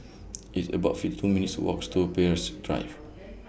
It's about fifty two minutes' Walks to Peirce Drive